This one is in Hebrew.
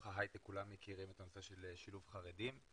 ההייטק כולם מכירים את הנושא של שילוב חרדים.